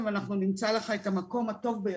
ואנחנו נמצא לך את המקום הטוב ביותר,